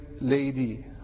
lady